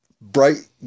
bright